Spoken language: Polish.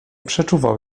przeczuwał